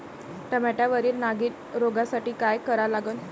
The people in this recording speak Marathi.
टमाट्यावरील नागीण रोगसाठी काय करा लागन?